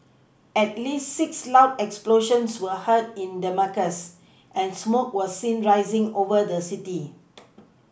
at least six loud explosions were heard in Damascus and smoke was seen rising over the city